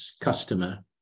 customer